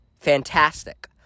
Fantastic